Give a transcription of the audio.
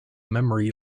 memory